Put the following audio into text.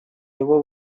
его